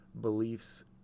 beliefs